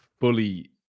fully